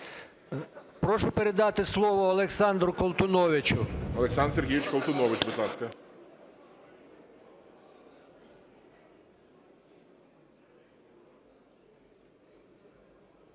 Прошу передати слово Олександру Колтуновичу. ГОЛОВУЮЧИЙ. Олександр Сергійович Колтунович, будь ласка.